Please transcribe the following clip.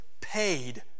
paid